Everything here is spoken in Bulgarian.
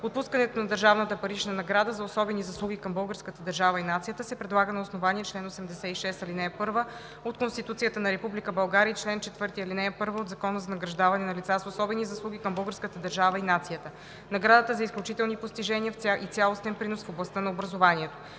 Отпускането на държавната парична награда за особени заслуги към българската държава и нацията се предлага на основание чл. 86, ал. 1 от Конституцията на Република България и чл. 4, ал. 1 от Закона за награждаване на лица с особени заслуги към българската държава и нацията. Наградата е за изключителни постижения и цялостен принос в областта на образованието.